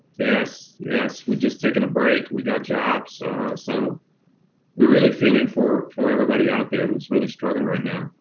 yes, yes. we're just taking a break, we got jobs so we really feeling for for everybody out there who's really struggling right now.